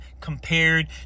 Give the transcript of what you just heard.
compared